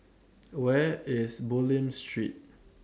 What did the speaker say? Where IS Bulim Street